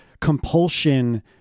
compulsion